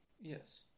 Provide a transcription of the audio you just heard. yes